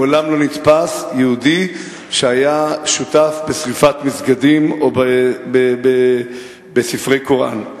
מעולם לא נתפס יהודי שהיה שותף בשרפת מסגדים או ספרי קוראן.